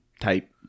type